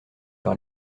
par